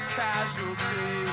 casualty